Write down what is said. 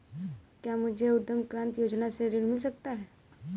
क्या मुझे उद्यम क्रांति योजना से ऋण मिल सकता है?